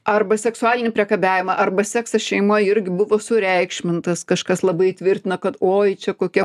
arba seksualinį priekabiavimą arba seksas šeimoj irgi buvo sureikšmintas kažkas labai tvirtina kad oi čia kokia